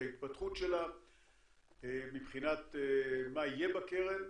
את ההתפתחות שלה מבחינת מה יהיה בקרן